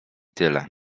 tyle